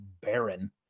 barren